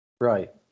Right